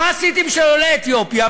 מה עשיתי בשביל עולי אתיופיה,